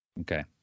okay